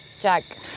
Jack